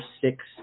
six